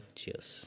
cheers